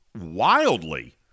wildly